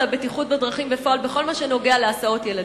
הבטיחות בדרכים בפועל בכל מה שנוגע להסעות ילדים.